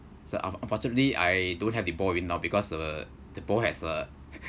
so unfortunately I don't have the ball with me now because uh the ball has uh